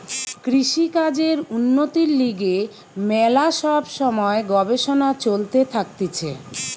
কৃষিকাজের উন্নতির লিগে ম্যালা সব সময় গবেষণা চলতে থাকতিছে